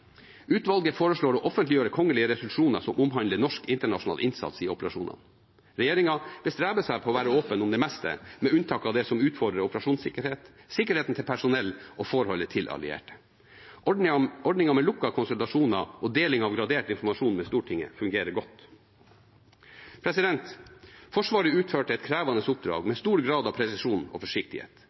Utvalget foreslår å offentliggjøre kongelige resolusjoner som omhandler norsk internasjonal innsats i operasjoner. Regjeringen bestreber seg på å være åpen om det meste, med unntak av det som utfordrer operasjonssikkerhet, sikkerheten til personell og forholdet til allierte. Ordningen med lukkede konsultasjoner og deling av gradert informasjon med Stortinget fungerer godt. Forsvaret utførte et krevende oppdrag med stor grad av presisjon og forsiktighet,